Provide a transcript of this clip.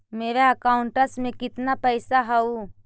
मेरा अकाउंटस में कितना पैसा हउ?